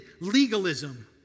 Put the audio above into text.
legalism